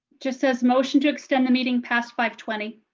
just says motion to extend the meeting past five twenty.